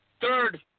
Third